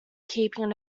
keeping